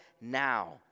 now